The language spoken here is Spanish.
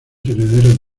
heredero